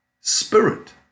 spirit